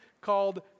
called